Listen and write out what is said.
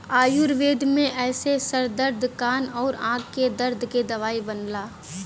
आयुर्वेद में एसे सर दर्द कान आउर आंख के दर्द के दवाई बनला